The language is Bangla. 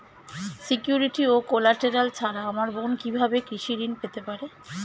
সিকিউরিটি ও কোলাটেরাল ছাড়া আমার বোন কিভাবে কৃষি ঋন পেতে পারে?